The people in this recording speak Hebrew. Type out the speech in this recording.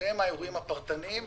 להתעלם מהאירועים הפרטניים.